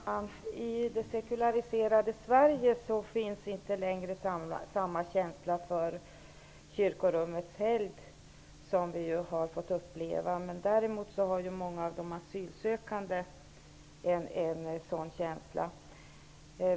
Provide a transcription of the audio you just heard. Herr talman! I det sekulariserade Sverige finns inte längre samma känsla för kyrkorummets helgd som vi tidigare har fått uppleva. Däremot har många av de asylsökande en sådan känsla.